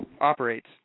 operates